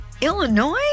Illinois